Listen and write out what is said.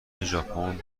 ژاپن